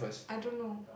I don't know